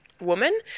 woman